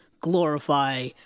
glorify